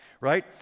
right